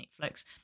Netflix